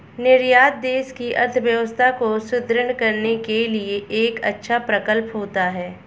निर्यात देश की अर्थव्यवस्था को सुदृढ़ करने के लिए एक अच्छा प्रकल्प होता है